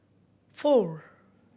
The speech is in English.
four